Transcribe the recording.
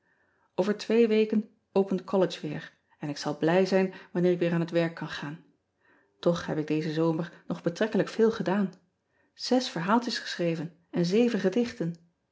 ver twee weken opent ollege weer en ik zal blij zijn wanneer ik weer aan het werk kan gaan och heb ik dezen zomer nog betrekkelijk veel gedaan zes verhaaltjes geschreven en zeven gedichten